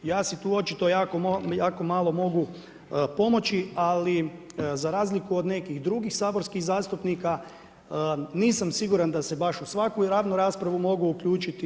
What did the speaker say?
Ja si tu očito jako malo mogu pomoći, ali za razliku od nekih drugih saborskih zastupnika nisam siguran da se baš u svaku javnu raspravu mogu uključiti.